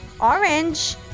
orange